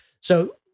So-